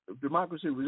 democracy